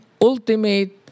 ultimate